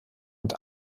mit